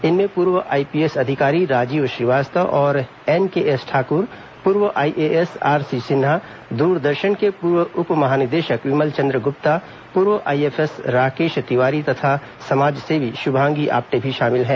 इनमें पूर्व आईपीएस अधिकारी राजीव श्रीवास्तव और एनकेएस ठाकुर पूर्व आईएएस आरसी सिन्हा दूरदर्शन के पूर्व उप महानिदेशक विमल चंद्र गुप्ता पूर्व आईएफएस राकेश तिवारी तथा समाजसेवी शुभांगी आप्टे भी शामिल हैं